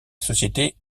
société